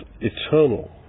eternal